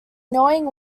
knowing